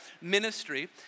ministry